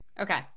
okay